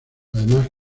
además